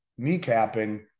kneecapping